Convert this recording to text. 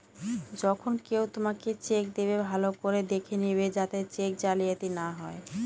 যখন কেউ তোমাকে চেক দেবে, ভালো করে দেখে নেবে যাতে চেক জালিয়াতি না হয়